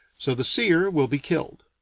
so, the seer will be killed.